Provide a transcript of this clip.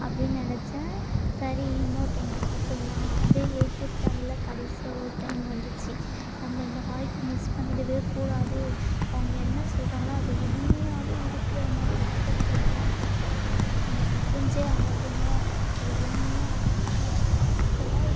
அப்படின்னு நினச்சேன் சரி இன்னொரு டைம் பார்த்துக்கலாம் அதே எய்ட்து ஸ்டாண்டர்டில் கடைசியாக ஒரு டைம் வந்துச்சு நம்ம இந்த வாய்ப்பு மிஸ் பண்ணிடவேக்கூடாது அவங்க என்ன சொல்லுறாங்களோ அது உண்மையாகவே இருக்கிறமாரி வாட்டர் பெயிண்டெலாம் போட்டு நம்ம வரைஞ்சே ஆகணும் அது உண்மையாக அட்ராக்ட்டடாக